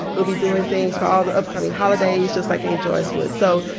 we'll be doing things for all the upcoming holidays just like aunt joyce would. so,